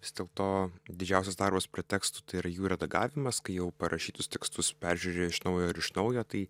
vis dėlto didžiausias darbas prie tekstų yra jų redagavimas kai jau parašytus tekstus peržiūri iš naujo ir iš naujo tai